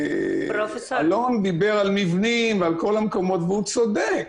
אלון דיבר על מבנים ועל כל המקומות, והוא צודק.